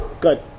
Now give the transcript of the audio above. Good